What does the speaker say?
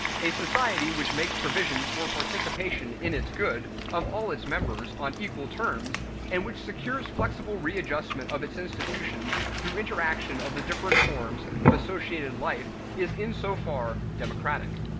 a society which makes provision for participation in its good of all its members on equal terms and which secures flexible readjustment of its institutions through interaction of the different forms of associated life is in so far democratic.